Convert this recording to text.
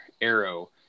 arrow